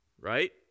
Right